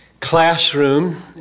classroom